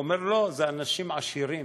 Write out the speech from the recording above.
הוא אומר: לא, זה אנשים עשירים,